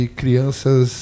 crianças